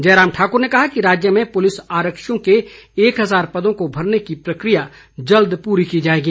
जयराम ठाकुर ने कहा कि राज्य में पुलिस आरक्षियों के एक हजार पदों को भरने की प्रकिया जल्द पूरी की जाएगी